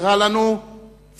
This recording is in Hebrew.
חסרה לנו צניעותו,